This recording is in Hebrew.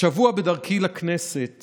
השבוע בדרכי לכנסת